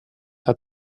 hat